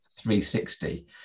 360